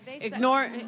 Ignore